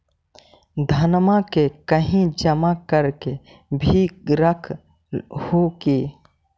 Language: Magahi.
धनमा के कहिं जमा कर के भी रख हू की?